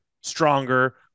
stronger